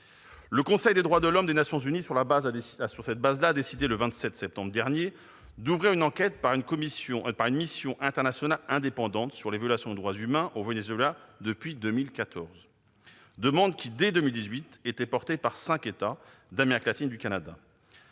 le Conseil des droits de l'homme des Nations unies a décidé, le 27 septembre dernier, l'ouverture d'une enquête par une mission internationale indépendante sur les violations des droits humains au Venezuela depuis 2014. Cette demande avait été formulée, dès 2018, par cinq États d'Amérique latine et par